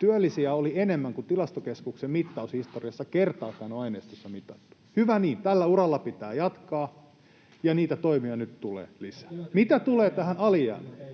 Työllisiä oli enemmän kuin Tilastokeskuksen mittaushistoriassa on aineistossa kertaakaan mitattu. Hyvä niin. Tällä uralla pitää jatkaa, ja niitä toimia tulee nyt lisää. Mitä tulee tähän alijäämään,